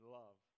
love